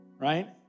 right